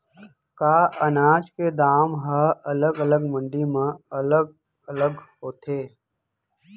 का अनाज के दाम हा अलग अलग मंडी म अलग अलग होथे?